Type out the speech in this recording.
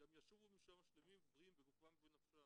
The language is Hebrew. גם ישובו משם שלמים ובריאים בגופם ובנפשם?